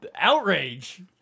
outrage